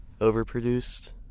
overproduced